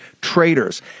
traitors